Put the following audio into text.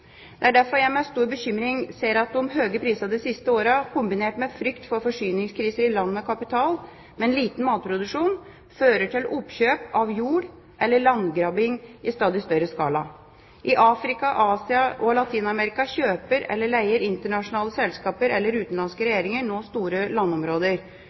Det er derfor jeg med stor bekymring ser at de høye prisene de siste åra, kombinert med frykt for forsyningskriser i land med kapital, men liten matproduksjon, fører til oppkjøp av jord eller landgrabbing i stadig større skala. I Afrika, Asia og Latin-Amerika kjøper eller leier internasjonale selskaper eller utenlandske regjeringer nå store landområder.